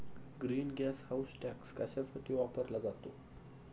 Green gas house tax कशासाठी वापरला जातो?